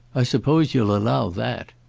i suppose you'll allow that.